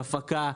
הפקה.